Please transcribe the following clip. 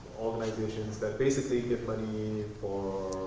organizations that basically give money for